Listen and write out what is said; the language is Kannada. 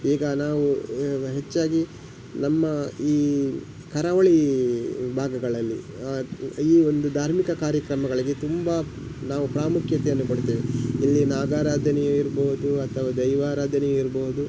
ಈಗ ನಾವು ಹೆಚ್ಚಾಗಿ ನಮ್ಮ ಈ ಕರಾವಳಿ ಭಾಗಗಳಲ್ಲಿ ಈ ಒಂದು ಧಾರ್ಮಿಕ ಕಾರ್ಯಕ್ರಮಗಳಿಗೆ ತುಂಬ ನಾವು ಪ್ರಾಮುಖ್ಯತೆಯನ್ನು ಕೊಡ್ತೇವೆ ಇಲ್ಲಿ ನಾಗಾರಾಧನೆಯು ಇರಬಹುದು ಅಥವಾ ದೈವಾರಾಧನೆಯು ಇರಬಹುದು